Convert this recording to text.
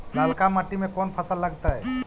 ललका मट्टी में कोन फ़सल लगतै?